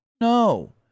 no